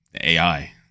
AI